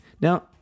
Now